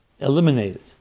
eliminated